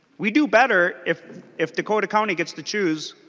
we do better if if dakota county gets to choose